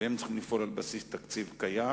והם צריכים לפעול על בסיס תקציב קיים,